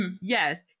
Yes